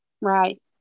Right